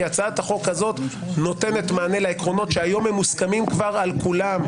הצעת החוק הזאת נותנת מענה לעקרונות שהיום מוסכמים על כולם.